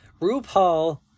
RuPaul